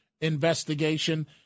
investigation